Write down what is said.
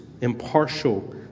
impartial